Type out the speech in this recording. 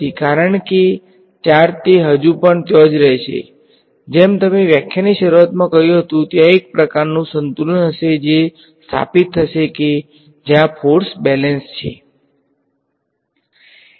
કારણ કે ચાર્જ તે હજુ પણ ત્યાં જ રહેશે જેમ તમે વ્યાખ્યાનની શરૂઆતમાં કહ્યું હતું ત્યાં એક પ્રકારનું સંતુલન હશે જે સ્થાપિત થશે કે જ્યાં ફોર્સ બેલેંસ છે